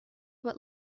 what